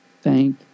thank